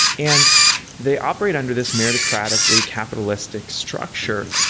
and they operate under this meritocratically capitalistic structure,